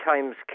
times